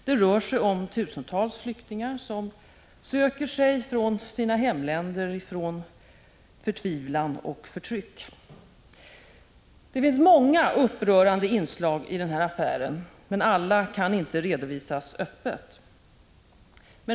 Det rör sig om tusentals flyktingar som söker sig från sina hemländer, från förtvivlan och förtryck. Det finns många upprörande inslag i denna affär, men alla kan inte redovisas öppet.